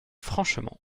franchement